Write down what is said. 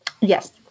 Yes